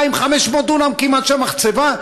2,500 דונם כמעט של מחצבה,